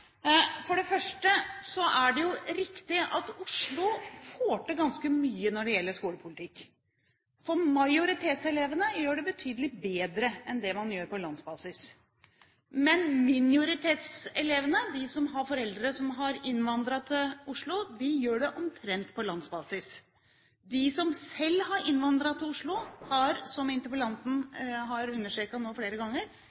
For det første er det riktig at Oslo får til ganske mye når det gjelder skolepolitikk. Majoritetselevene gjør det betydelig bedre enn det man gjør på landsbasis, men minoritetselevene, de som har foreldre som har innvandret til Oslo, gjør det omtrent som på landsbasis. De som selv har innvandret til Oslo, ligger, som interpellanten nå har understreket flere ganger,